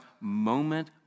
moment